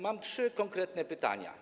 Mam trzy konkretne pytania.